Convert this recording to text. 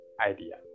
idea